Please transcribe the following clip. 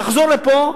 תחזור לפה,